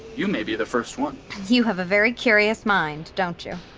you may be the first one you have a very curious mind, don't you?